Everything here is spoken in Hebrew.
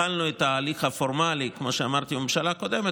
התחלנו את ההליך הפורמלי בממשלה הקודמת,